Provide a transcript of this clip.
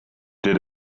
did